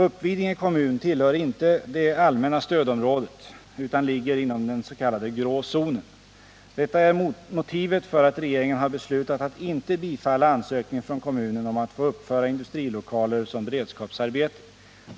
Uppvidinge kommun tillhör inte det allmänna stödområdet utan ligger inom den s.k. grå zonen. Detta är motivet för att regeringen har beslutat att inte bifalla ansökningen från kommunen om att få uppföra industrilokaler som beredskapsarbete.